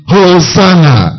Hosanna